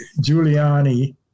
Giuliani